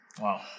Wow